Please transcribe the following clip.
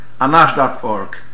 anash.org